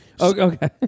Okay